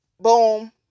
boom